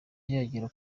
yagera